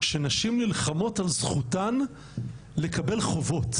שנשים נלחמות על זכותן לקבל חובות,